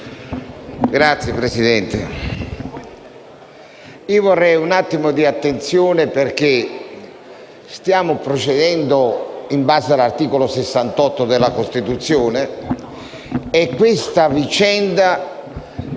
Signor Presidente, vorrei un attimo di attenzione perché stiamo procedendo in base all'articolo 68 della Costituzione e questa vicenda